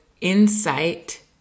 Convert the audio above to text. insight